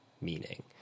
meaning